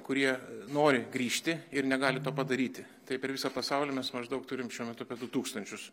kurie nori grįžti ir negali to padaryti tai per visą pasaulį mes maždaug turim šiuo metu du tūkstančius